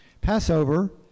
Passover